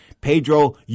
Pedro